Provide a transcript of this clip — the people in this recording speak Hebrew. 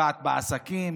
פוגעת בעסקים,